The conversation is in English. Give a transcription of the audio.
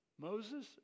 Moses